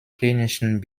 klinischen